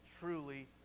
truly